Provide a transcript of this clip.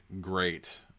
great